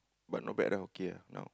but not bad lah okay lah now